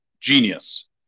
genius